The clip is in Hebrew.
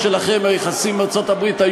היחסים עם ארצות-הברית.